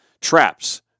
traps